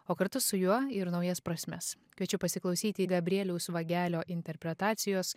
o kartu su juo ir naujas prasmes kviečiu pasiklausyti gabrieliaus vagelio interpretacijos